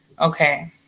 Okay